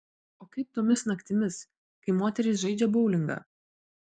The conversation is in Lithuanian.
o kaip tomis naktimis kai moterys žaidžia boulingą